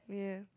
oh yeah